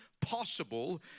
possible